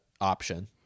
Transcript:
option